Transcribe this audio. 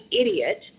idiot